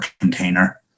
container